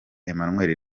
emmanuel